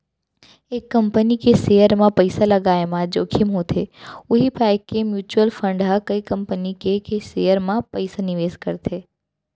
एक कंपनी के सेयर म पइसा लगाय म जोखिम होथे उही पाय के म्युचुअल फंड ह कई कंपनी के के सेयर म पइसा निवेस करथे